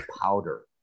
powder